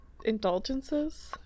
indulgences